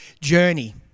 journey